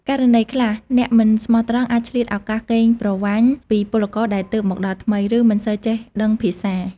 ករណីខ្លះ អ្នកមិនស្មោះត្រង់អាចឆ្លៀតឱកាសកេងប្រវ័ញ្ចពីពលករដែលទើបមកដល់ថ្មី ឬមិនសូវចេះដឹងភាសា ។